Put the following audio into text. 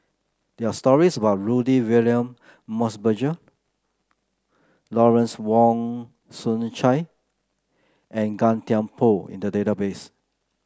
there are stories about Rudy William Mosbergen Lawrence Wong Shyun Tsai and Gan Thiam Poh in the database